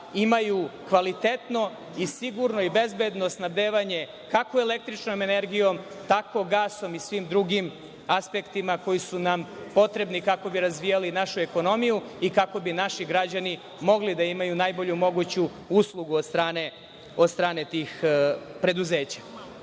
imaju kvalitetno i sigurno i bezbedno snabdevanje kako električnom energijom, tako gasom i svim drugim aspektima koji su nam potrebni kako bi razvijali našu ekonomiju i kako bi naši građani mogli da imaju najbolju moguću uslugu od strane tih preduzeća. Ono